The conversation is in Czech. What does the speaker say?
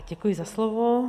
Děkuji za slovo.